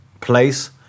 place